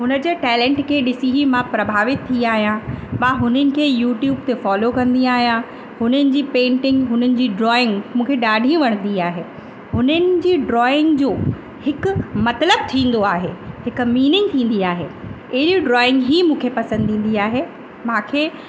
हुनजे टेलेंट खे ॾिसी ही मां प्रभावित थी आहियां मां हुननि खे यूट्यूब ते फ़ॉलो कंदी आहियां हुननि जी पेंटिंग हुननि जी ड्रॉइंग मूंखे ॾाढी वणंदी आहे हुननि जी ड्रॉइंग जूं हिकु मतलबु थींदो आहे हिक मीनिंग थींदी आहे अहिड़ियूं ड्रॉइंग ही मूंखे पसंदि ईंदी आहे मांखे